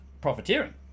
profiteering